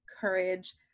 Courage